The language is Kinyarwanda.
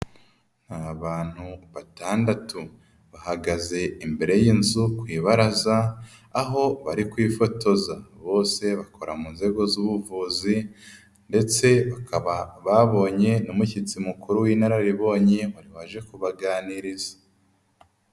Ni abantu batandatu, bahagaze imbere y'inzu ku ibaraza, aho bari kwifotoza. Bose bakora mu nzego z'ubuvuzi ndetse bakaba babonye n'umushyitsi mukuru w'inararibonye wari waje kubaganiriza.